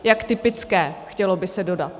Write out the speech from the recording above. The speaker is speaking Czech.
Jak typické, chtělo by se dodat.